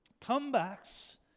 comebacks